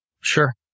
Sure